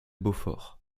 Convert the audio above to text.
beaufort